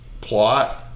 plot